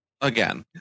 Again